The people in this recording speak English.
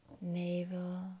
navel